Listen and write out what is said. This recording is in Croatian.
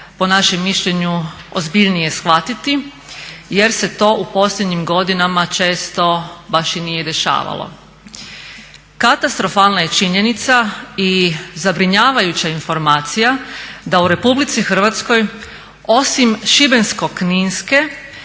po našem mišljenju ozbiljnije shvatiti jer se to u posljednjim godinama često baš i nije dešavalo. Katastrofalna je činjenica i zabrinjavajuća informacija da u RH osim Šibensko-kninske